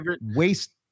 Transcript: waste